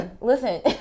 listen